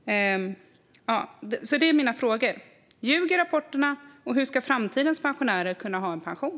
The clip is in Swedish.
Det är mina frågor. Ljuger rapporterna? Hur ska framtidens pensionärer kunna ha en pension?